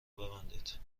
ببندید